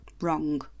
wrong